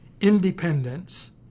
independence